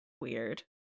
weird